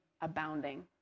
abounding